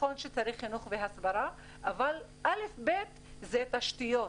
נכון שצריך חינוך והסברה אבל א'-ב' זה תשתיות.